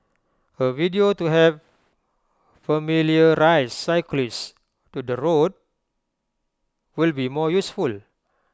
A video to help familiarise cyclists to the route will be more useful